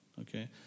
Okay